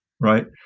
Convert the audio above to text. Right